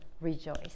rejoice